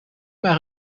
maar